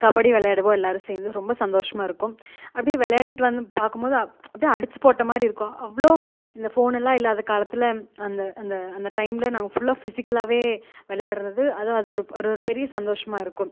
கபடி விளையாடுவோம் எல்லாேரும் சேர்ந்து ரொம்ப சந்தோஷமாயிருக்கும் அப்படியே விளையாடிட்டு வந்து பார்க்கும்போது அப்படியே அடித்து போட்டமாதிரி இருக்கும் அவ்வளோ இந்த ஃபோனெல்லாம் இல்லாத காலத்தில் அந்த அந்த அந்த டைமில் நாங்கள் ஃபுல்லாக ஃபிசிக்கலாகவே விளையாடுறது அது அது ஒரு பெரிய சந்தோஷமாயிருக்கும்